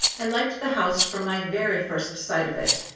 i liked the house from my very first sight of it.